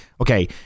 okay